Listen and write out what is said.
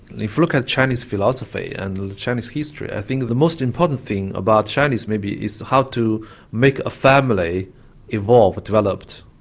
if you look at chinese philosophy and chinese history i think the most important thing about chinese maybe is how to make a family evolve or develop.